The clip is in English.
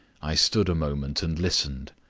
i stood a moment and listened.